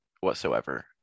whatsoever